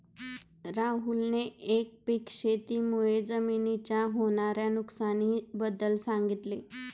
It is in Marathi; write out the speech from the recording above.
राहुलने एकपीक शेती मुळे जमिनीच्या होणार्या नुकसानी बद्दल सांगितले